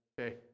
Okay